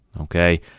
okay